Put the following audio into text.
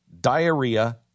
diarrhea